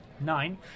Nine